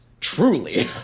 Truly